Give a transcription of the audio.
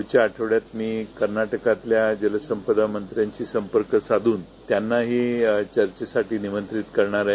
पुढील आठवड्यात मी कर्नाटकातील जलमत्र्यांशी संपर्क साधून त्यानाही चर्चेसाठी निमंत्रित करणार आहे